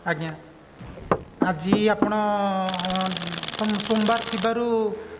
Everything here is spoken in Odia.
ଆଜ୍ଞା ଆଜି ଆପଣ ତ ସୋମବାର ଥିବାରୁ